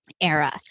era